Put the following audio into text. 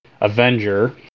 Avenger